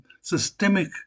systemic